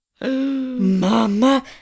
Mama